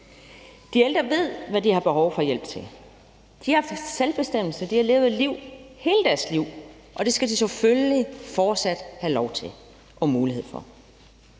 De ældre ved, hvad de har behov for hjælp til. De har haft selvbestemmelse, og de har levet et liv hele deres liv, og det skal de selvfølgelig fortsat have lov til og mulighed for.